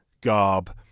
garb